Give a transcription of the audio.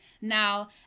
now